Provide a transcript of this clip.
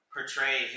portray